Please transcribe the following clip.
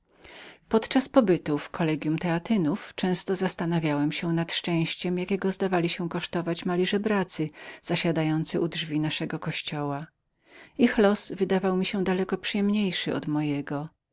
podczas mego pobytu w kollegium teatynów często zastanawiałem się nad szczęściem jakiego zdawali się kosztować niektórzy mali żebracy zasiadający u drzwi naszego kościoła ich los wydawał mi się daleko przyjemniejszym od mojego